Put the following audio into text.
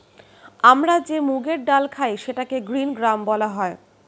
আমরা যে মুগের ডাল খাই সেটাকে গ্রীন গ্রাম বলা হয়